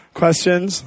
questions